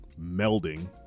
melding